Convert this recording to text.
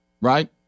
right